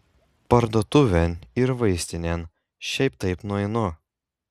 parduotuvėn ir vaistinėn šiaip taip nueinu